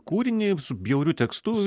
kūrinį su bjauriu tekstu